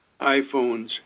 iPhones